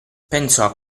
pensò